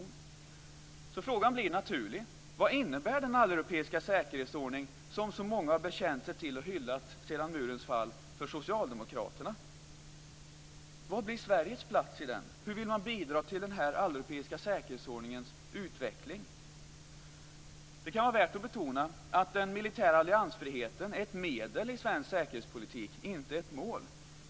Den naturliga frågan blir alltså: Vad innebär den alleuropeiska säkerhetsordning som så många har bekänt sig till och hyllat sedan murens fall för socialdemokraterna? Vad blir Sveriges plats i denna? Hur vill man bidra till den alleuropeiska säkerhetsordningens utveckling? Det kan vara värt att betona att den militära alliansfriheten är ett medel i svensk säkerhetspolitik, inte ett mål.